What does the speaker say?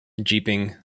jeeping